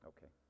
Okay